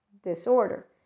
disorder